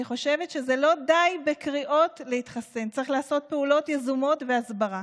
אני חושבת שלא די בקריאות להתחסן צריך לעשות פעולות יזומות והסברה.